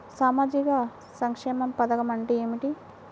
సామాజిక సంక్షేమ పథకం అంటే ఏమిటి?